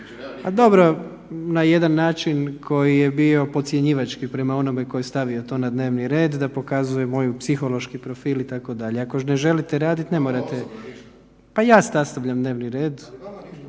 … Dobro, na jedan način koji je bio podcjenjivački prema onome tko je stavio to na dnevni red da pokazuje moj psihološki profil itd., ako ne želite raditi ne morate. … /Upadica se ne razumije./ … Pa ja